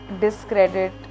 discredit